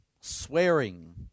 swearing